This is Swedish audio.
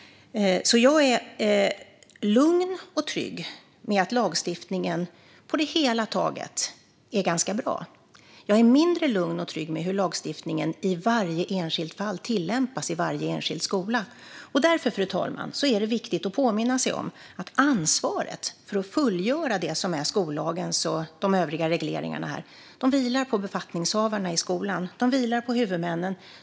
Jag är lugn och trygg med att lagstiftningen på det hela taget är ganska bra. Jag är mindre lugn och trygg med hur lagstiftningen i varje enskilt fall tillämpas i varje enskild skola. Därför, fru talman, är det viktigt att påminna sig om att ansvaret för att fullgöra skollagen och de övriga regleringarna här vilar på befattningshavarna i skolan. Det vilar på huvudmännen.